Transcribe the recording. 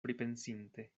pripensinte